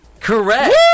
Correct